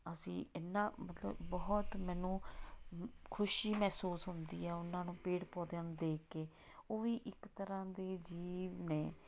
ਅਸੀਂ ਇੰਨਾ ਮਤਲਬ ਬਹੁਤ ਮੈਨੂੰ ਖੁਸ਼ੀ ਮਹਿਸੂਸ ਹੁੰਦੀ ਹੈ ਉਹਨਾਂ ਨੂੰ ਪੇੜ ਪੌਦਿਆਂ ਨੂੰ ਦੇਖ ਕੇ ਉਹ ਵੀ ਇੱਕ ਤਰ੍ਹਾਂ ਦੇ ਜੀਵ ਨੇ